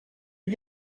you